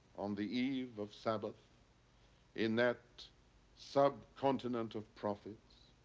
on the eve of sabbath in that subcontinent of prophets,